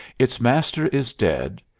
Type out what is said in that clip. its master is dead.